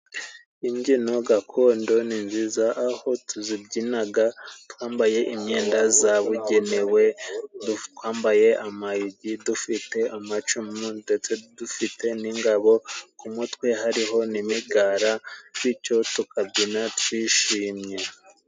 Imbyino gakondo ni nziza, aho tuzibyinaga twambaye imyenda zabugenewe, twambaye amayugi, dufite amacumu ndetse dufite n'ingabo, ku mutwe hariho n'imigara bicyo tukabyina twishimye.